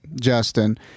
Justin